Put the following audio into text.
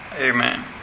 Amen